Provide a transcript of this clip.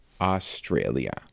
Australia